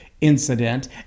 incident